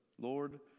Lord